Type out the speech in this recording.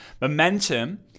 Momentum